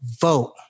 vote